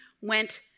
went